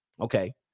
Okay